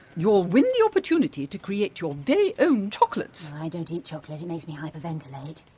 you'll win the opportunity to create your very own chocolates! i don't eat chocolate it makes me hyperventilate.